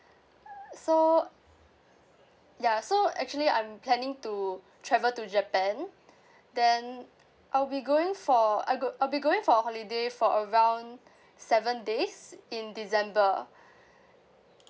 uh so ya so actually I'm planning to travel to japan then I'll be going for I'll go I'll be going for a holiday for around seven days in december